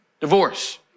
divorce